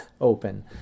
open